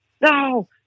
no